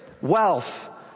wealth